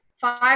five